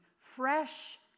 fresh